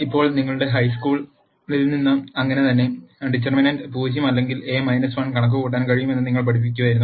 ഇപ്പോൾ നിങ്ങളുടെ ഹൈസ്കൂളിൽ നിന്ന് അങ്ങനെ തന്നെ ഡിറ്റർമിനന്റ് 0 അല്ലെങ്കിൽ എ 1 കണക്കുകൂട്ടാൻ കഴിയുമെന്ന് നിങ്ങൾ പഠിക്കുമായിരുന്നു